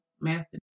master